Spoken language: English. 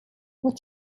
what